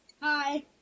Hi